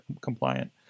compliant